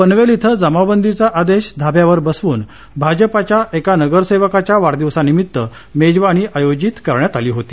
पनवेल इथं जमावबंदीचा आदेश धाब्यावर बसवून भाजपाच्या एका नगरसेवकाच्या वाढदिवसानिमित्त मेजवानी आयोजित करण्यात आली होती